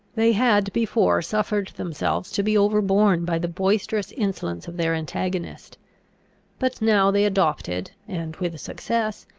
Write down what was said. they had before suffered themselves to be overborne by the boisterous insolence of their antagonist but now they adopted, and with success,